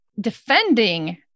defending